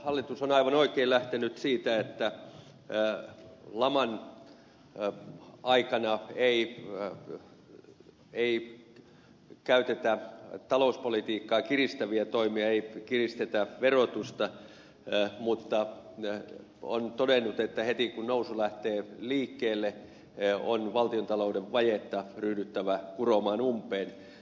hallitus on aivan oikein lähtenyt siitä että laman aikana ei käytetä talouspolitiikkaa kiristäviä toimia ei kiristetä verotusta mutta on todennut että heti kun nousu lähtee liikkeelle on valtiontalouden vajetta ryhdyttävä kuromaan umpeen